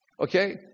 okay